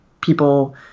people